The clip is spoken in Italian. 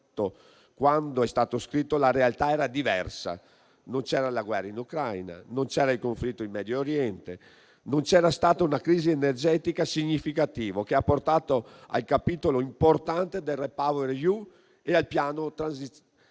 quando è stato scritto la realtà era diversa: non c'era la guerra in Ucraina, non c'era il conflitto in Medio Oriente, non c'era stata una crisi energetica significativa, che ha portato al capitolo importante del REPowerEU e al piano Transizione